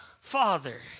Father